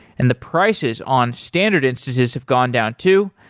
and the prices on standard instances have gone down too.